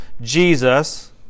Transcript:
Jesus